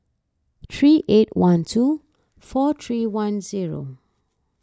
three eight one two four three one zero